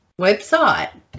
website